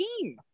team